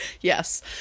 Yes